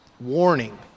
warning